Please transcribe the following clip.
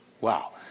Wow